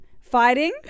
fighting